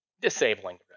Disabling